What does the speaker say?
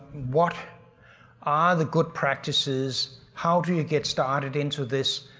what are the good practices? how do you get started into this?